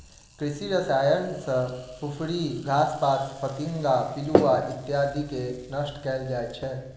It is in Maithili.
कृषि रसायन सॅ फुफरी, घास पात, फतिंगा, पिलुआ इत्यादिके नष्ट कयल जाइत छै